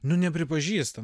nu nepripažįsta